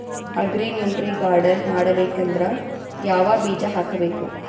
Agri nutri garden ಮಾಡಬೇಕಂದ್ರ ಯಾವ ಬೀಜ ಹಾಕಬೇಕು?